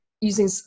using